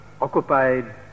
occupied